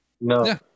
No